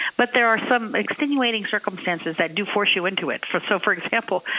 but there are some extenuating circumstances that do force you into it. for so for example,